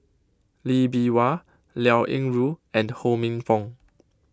Lee Bee Wah Liao Yingru and Ho Minfong